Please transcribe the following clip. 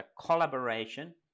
collaboration